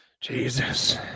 Jesus